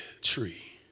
tree